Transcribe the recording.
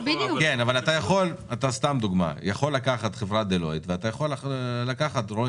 אבל אתה יכול לקחת חברה כמו דה לויט ואתה יכול לקחת רואה